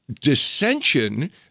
dissension